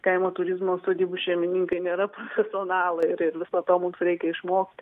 kaimo turizmo sodybų šeimininkai nėra profesionalai ir ir viso to mums reikia išmokti